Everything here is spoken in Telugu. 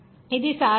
ఇది సాధారణంగా 101